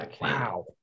Wow